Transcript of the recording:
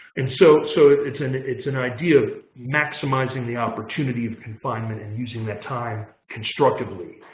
and so so it's an it's an idea of maximizing the opportunity of confinement and using that time constructively.